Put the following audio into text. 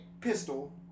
pistol